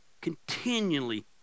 continually